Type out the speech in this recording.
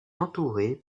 entourée